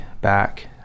back